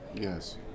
Yes